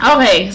Okay